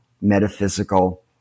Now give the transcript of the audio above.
metaphysical